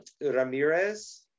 Ramirez